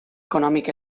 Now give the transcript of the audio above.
econòmic